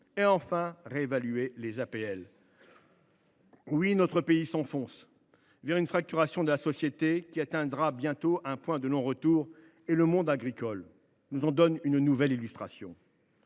logement (APL). Oui, notre pays s’enfonce dans une fracturation de la société qui atteindra bientôt un point de non retour. Le monde agricole nous en donne une nouvelle illustration